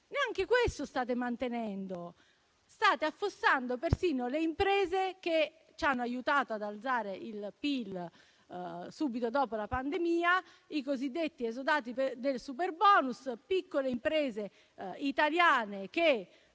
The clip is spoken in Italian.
neanche questo state mantenendo: state affossando persino le imprese che ci hanno aiutato ad alzare il PIL subito dopo la pandemia, i cosiddetti esodati del superbonus, piccole imprese italiane che